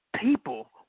people